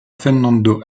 fernando